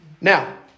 Now